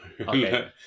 okay